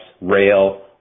rail